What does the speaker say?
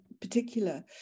particular